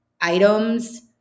items